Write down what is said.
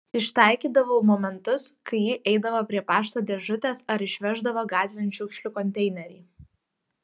ištaikydavau momentus kai ji eidavo prie pašto dėžutės ar išveždavo gatvėn šiukšlių konteinerį